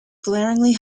glaringly